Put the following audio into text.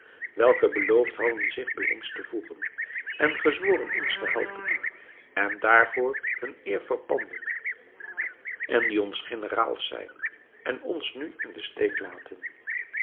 welke beloofd hadden zich bij ons te voegen en gezworen ons te helpen en daarvoor hun eer verpandden en die onze generaals zijn en ons nu in den steek laten